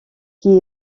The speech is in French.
qui